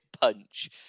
punch